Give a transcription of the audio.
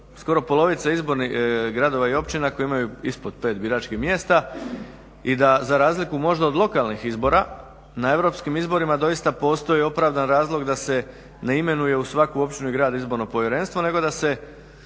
skoro polovice izbornih gradova i općina koji imaju ispod 5 biračkih mjesta i da za razliku možda od lokalnih izbora na Europskim izborima doista postoji opravdan razlog da se ne imenuje u svakoj općini i gradu Izborno povjerenstvo nego da se